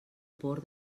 por